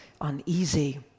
uneasy